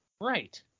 Right